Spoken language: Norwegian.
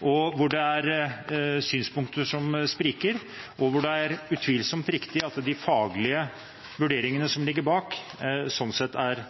hvor det er synspunkter som spriker, og hvor det utvilsomt er riktig at de faglige vurderingene som ligger bak, sånn sett er